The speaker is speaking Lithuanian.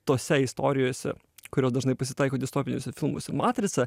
tose istorijose kurios dažnai pasitaiko distopiniuose filmus matrica